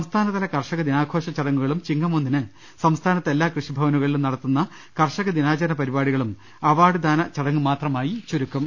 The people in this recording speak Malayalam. സംസ്ഥാനതല കർഷക ദിനാഘോഷചടങ്ങുകളും ചിങ്ങം ഒന്നിന് സംസ്ഥാനത്തെ എല്ലാ കൃഷി ഭവനുകളിലും നടത്തുന്ന കർഷകദി നാചരണ പരിപാടികളും അവാർഡ്ദാന ചടങ്ങ് മാത്രമാക്കി ചുരു ക്കും